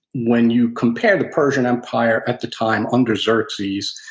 when you compare the persian empire at the time under xerxes,